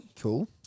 Cool